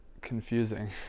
confusing